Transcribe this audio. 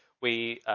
we,